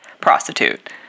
prostitute